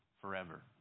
forever